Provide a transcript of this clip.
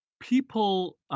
People